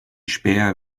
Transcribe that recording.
späher